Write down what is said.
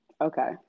Okay